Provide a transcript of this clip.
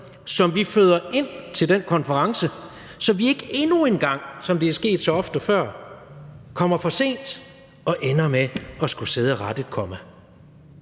som vi føder ind til den konference, så vi ikke endnu en gang, som det er sket så ofte før, kommer for sent og ender med at skulle sidde og rette et komma.